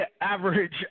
average